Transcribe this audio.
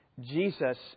Jesus